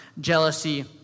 jealousy